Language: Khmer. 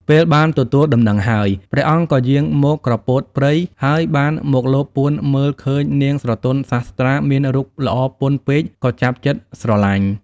ពេលបានទទួលដំណឹងហើយ ព្រះអង្គក៏យាងមកក្រពោតព្រៃ ហើយបានមកលបពួនមើលឃើញនាងស្រទន់សាស្ត្រាមានរូបល្អពន់ពេកក៏ចាប់ចិត្តស្រលាញ់ ។